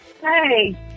Hey